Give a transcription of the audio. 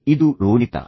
ಇದು ರೋನಿತಾ